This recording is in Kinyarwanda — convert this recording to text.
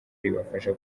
ribafasha